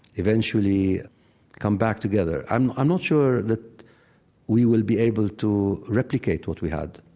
eventually come back together. i'm i'm not sure that we will be able to replicate what we had,